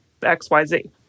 XYZ